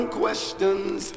questions